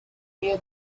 near